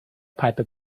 piper